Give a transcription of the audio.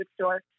store